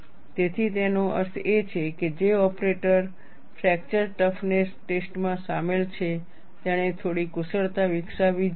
તેથી તેનો અર્થ એ છે કે જે ઓપરેટર ફ્રેક્ચર ટફનેસ ટેસ્ટમાં સામેલ છે તેણે થોડી કુશળતા વિકસાવવી જોઈએ